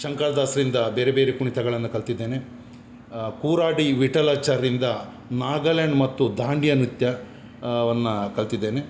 ಶಂಕರ ದಾಸರಿಂದ ಬೇರೆ ಬೇರೆ ಕುಣಿತಗಳನ್ನು ಕಲಿತಿದ್ದೇನೆ ಕೂರಾಡಿ ವಿಟಲಾಚಾರ್ರಿಂದ ನಾಗಾಲ್ಯಾಂಡ್ ಮತ್ತು ಧಾಂಡಿಯ ನೃತ್ಯ ವನ್ನು ಕಲ್ತಿದ್ದೇನೆ